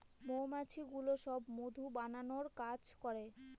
মৌমাছিগুলো সব মধু বানানোর কাজ করে